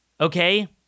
Okay